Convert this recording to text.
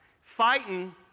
fighting